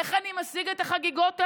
איך אני משיג את החגיגות האלה?